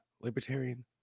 Libertarian